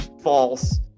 false